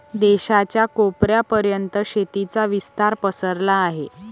देशाच्या कोपऱ्या पर्यंत शेतीचा विस्तार पसरला आहे